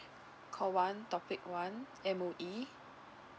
call one topic one M_O_E